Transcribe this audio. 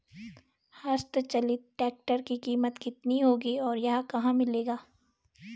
हस्त चलित ट्रैक्टर की कीमत कितनी होगी और यह कहाँ मिलेगा?